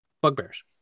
bugbears